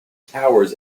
towers